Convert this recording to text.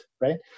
right